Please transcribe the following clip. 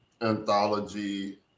anthology